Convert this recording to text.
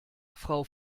frau